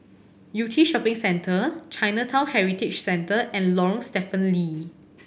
Yew Tee Shopping Centre Chinatown Heritage Centre and Lorong Stephen Lee